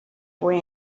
boy